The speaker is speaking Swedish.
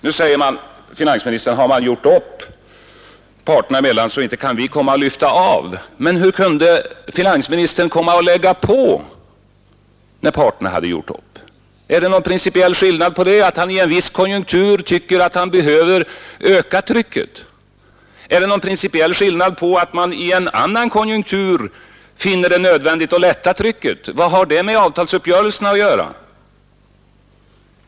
Då säger finansministern, att har man gjort upp parterna emellan, så kan vi inte sedan komma och lyfta av någonting. Men hur kunde då finansministern lägga på, när parterna hade gjort upp? Är det någon principiell skillnad på att finansministern i en viss konjunktur tycker att han behöver öka trycket, och att han i en annan konjunktur finner det nödvändigt att lätta på trycket? Vad har det med avtalsuppgörelsen att göra?